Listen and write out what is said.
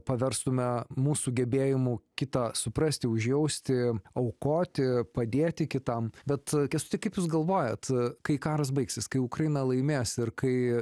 paverstumėme mūsų gebėjimu kitą suprasti užjausti aukoti padėti kitam bet kęstuti kaip jūs galvojat kai karas baigsis kai ukraina laimės ir kai